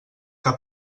que